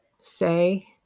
say